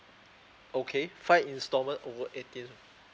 okay five instalment over eighteen